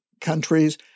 countries